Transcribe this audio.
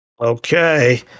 Okay